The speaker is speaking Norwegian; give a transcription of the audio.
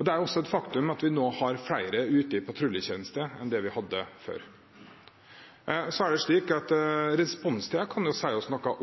Det er også et faktum at vi nå har flere ute i patruljetjeneste enn det vi hadde før. Så er det slik at responstiden kan si noe